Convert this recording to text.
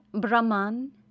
Brahman